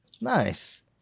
Nice